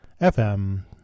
FM